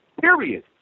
period